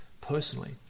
personally